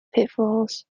pitfalls